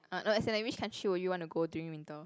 uh no as in like which country would you want to go during winter